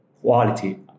quality